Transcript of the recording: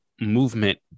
movement